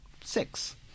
Six